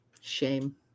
Shame